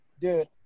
Dude